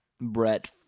Brett